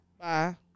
Bye